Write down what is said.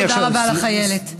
שוב, תודה רבה לך, איילת.